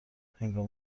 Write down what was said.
هنگام